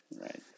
Right